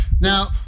Now